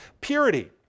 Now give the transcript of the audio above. purity